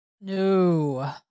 No